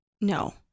no